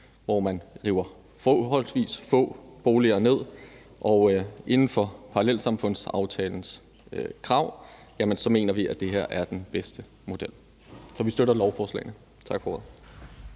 hvor man river forholdsvis få boliger ned, og i forhold til parallelsamfundsaftalens krav mener vi, at det her er den bedste model. Så vi støtter lovforslagene. Tak for